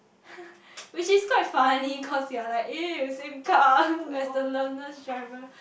which is quite funny cause you're like eh same car as the learners driver